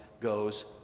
goes